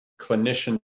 clinician